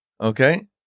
okay